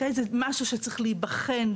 זה משהו שצריך להיבחן,